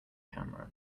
camera